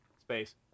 space